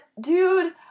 dude